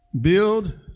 Build